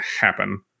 happen